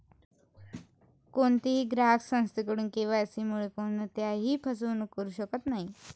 कोणीही ग्राहक संस्थेकडून के.वाय.सी मुळे कोणत्याही फसवणूक करू शकत नाही